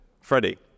Freddie